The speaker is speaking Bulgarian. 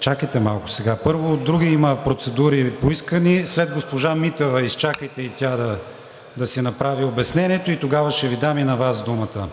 Чакайте малко, първо има поискани други процедури. След госпожа Митева – изчакайте и тя да си направи обяснението, тогава ще Ви дам и на Вас думата.